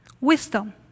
Wisdom